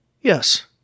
Yes